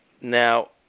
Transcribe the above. Now